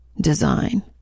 design